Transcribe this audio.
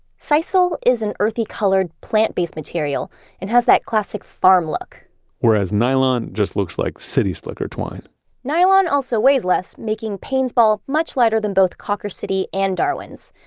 sisal is an earthy-colored plant-based material and has that classic farm look whereas nylon just looks like city slicker twine nylon also weighs less, making payne's ball much lighter than both cawker city and darwin's.